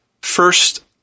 first